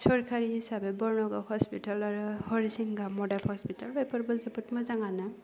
सरकारि हिसाबै बरन'गाव हस्पिताल आरो हरिसिंगा मडेल हस्पिताल बेफोरबो जोबोद मोजाङानो